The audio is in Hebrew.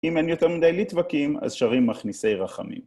אם אין יותר מדי ליטבקים, אז שרים מכניסי רחמים.